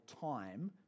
time